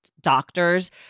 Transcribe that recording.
doctors